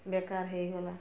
ବେକାର ହେଇଗଲା